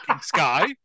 sky